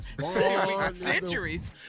Centuries